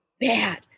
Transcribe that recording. bad